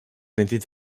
n’était